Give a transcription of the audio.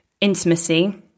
intimacy